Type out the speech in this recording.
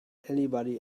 anybody